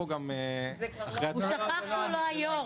גם אחרי --- הוא שכח שהוא לא היושב-ראש.